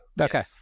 okay